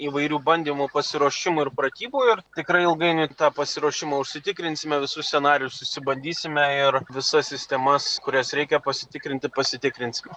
įvairių bandymų pasiruošimų ir pratybų ir tikrai ilgainiui tą pasiruošimą užsitikrinsime visus scenarijus išsibandysime ir visas sistemas kurias reikia pasitikrinti pasitikrinsim